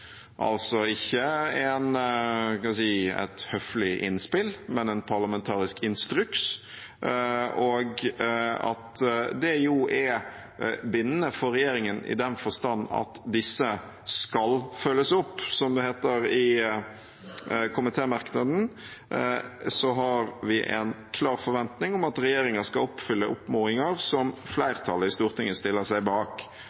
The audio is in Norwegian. og at de er bindende for regjeringen i den forstand at de skal følges opp. Som det heter i komitémerknaden, har vi «ei klar forventning om at regjeringa skal oppfylle oppmodingar som fleirtalet i Stortinget stiller seg bak».